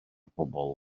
bobl